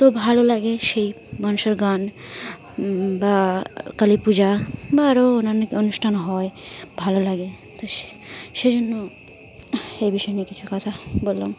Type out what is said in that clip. তো ভালো লাগে সেই মানুষের গান বা কালী পূজা বা আরও অন্যান্য অনুষ্ঠান হয় ভালো লাগে তো স সে জন্য এই বিষয়ে নিয়ে কিছু কথা বললাম